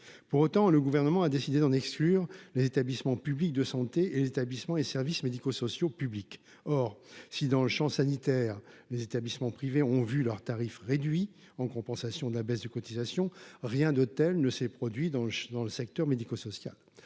pour autant le gouvernement a décidé d'en exclure les établissements publics de santé et les établissements et services médico-sociaux publics. Or, si dans le Champ sanitaire les établissements privés ont vu leurs tarifs réduits en compensation de la baisse de cotisations, rien de tel ne s'est produit dans le dans le secteur médico-social,